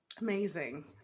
Amazing